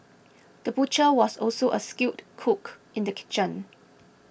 the butcher was also a skilled cook in the kitchen